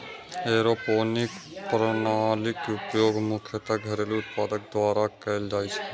aeroponic प्रणालीक उपयोग मुख्यतः घरेलू उत्पादक द्वारा कैल जाइ छै